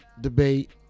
debate